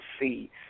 see